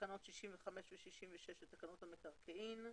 תקנות 65 ו-66 לתקנות המקרקעין.